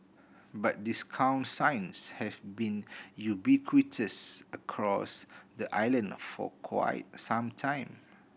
but discount signs have been ubiquitous across the island for some time